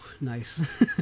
nice